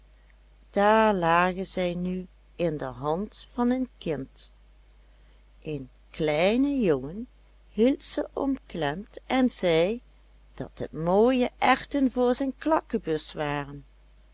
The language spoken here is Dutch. daar lagen zij nu in de hand van een kind een kleine jongen hield ze omklemd en zei dat het mooie erwten voor zijn klakkebus waren